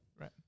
Right